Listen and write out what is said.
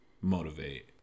motivate